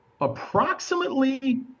approximately